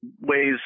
ways